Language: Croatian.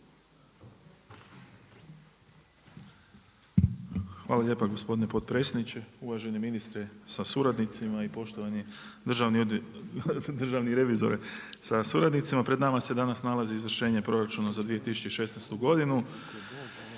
Hvala lijepa gospodin potpredsjedniče. Uvaženi ministre sa suradnicima i poštovani državni revizore sa suradnicima. Pred nama se danas nalazi Izvršenje proračuna za 2016. godinu